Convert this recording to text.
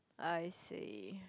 I see